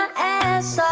um as